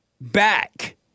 back